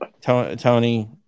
Tony